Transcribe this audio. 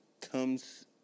comes